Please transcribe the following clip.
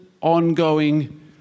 ongoing